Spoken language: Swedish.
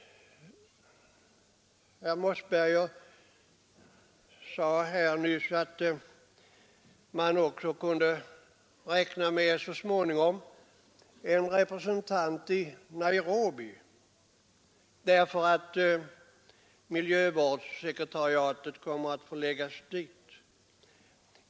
Herr Mossberger sade nyss att man också kunde räkna med att Sverige så småningom skulle utse en representant i Nairobi, därför att miljövårdssekretariatet kommer att förläggas dit.